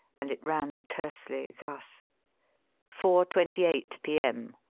and it ran tersely, thus four twenty eight p. m.